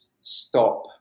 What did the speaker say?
stop